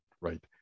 right